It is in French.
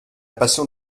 passion